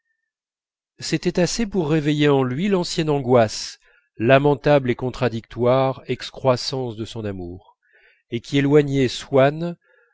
c'était assez pour réveiller en lui l'ancienne angoisse lamentable et contradictoire excroissance de son amour et qui éloignait